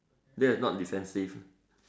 that's not defensive